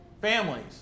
families